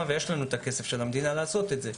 ויש לנו את הכסף של המדינה לעשות את זה,